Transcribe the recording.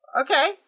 Okay